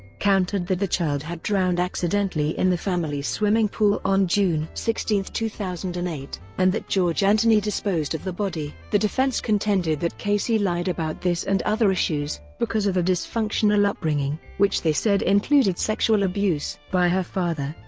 countered that the child had drowned accidentally in the family's family's swimming pool on june sixteen, two thousand and eight, and that george anthony disposed of the body. the defense contended that casey lied about this and other issues, because of a dysfunctional upbringing, which they said included sexual abuse by her father.